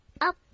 Up